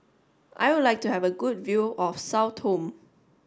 I would like to have a good view of Sao Tome